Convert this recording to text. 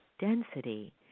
density